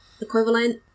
equivalent